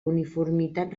uniformitat